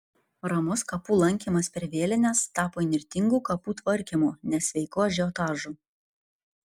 ramus kapų lankymas per vėlines tapo įnirtingu kapų tvarkymu nesveiku ažiotažu